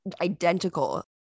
identical